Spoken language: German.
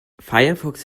firefox